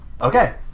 Okay